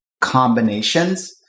combinations